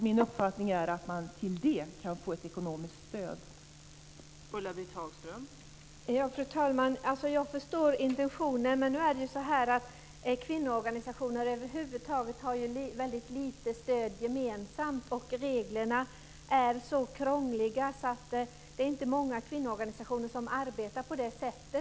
Min uppfattning är att man kan få ett ekonomiskt stöd till det.